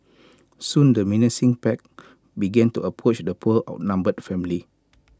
soon the menacing pack began to approach the poor outnumbered family